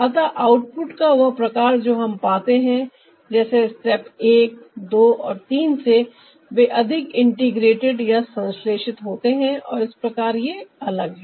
अतः आउटपुट का वह प्रकार जो हम पाते हैं जैसे स्टेप एक दो और तीन से वे अधिक इंटीग्रेटेड या संश्लेषित होते हैं और इस प्रकार ये अलग है